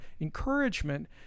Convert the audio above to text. encouragement